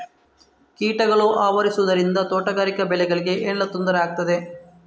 ಕೀಟಗಳು ಆವರಿಸುದರಿಂದ ತೋಟಗಾರಿಕಾ ಬೆಳೆಗಳಿಗೆ ಏನೆಲ್ಲಾ ತೊಂದರೆ ಆಗ್ತದೆ?